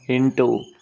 ಎಂಟು